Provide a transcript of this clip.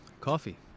coffee